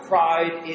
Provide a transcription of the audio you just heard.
Pride